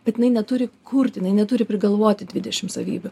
bet jinai neturi kurti jinai neturi prigalvoti dvidešim savybių